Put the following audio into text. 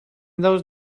those